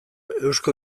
eusko